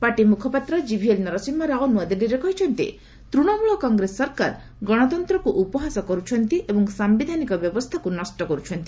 party ମୁଖପାତ୍ର GVL Narasimha Rao ନୂଆଦିଲ୍ଲୀରେ କହିଛନ୍ତି ତୂଶମୂଳ କଂଗ୍ରେସ ସରକାର ଗଣତନ୍ତ୍ରକୁ ଉପହାସ କରୁଛନ୍ତି ଏବଂ ସାମ୍ବିଧାନିକ ବ୍ୟବସ୍ଥାକୁ ନଷ୍ଟ କରୁଛନ୍ତି